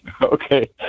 Okay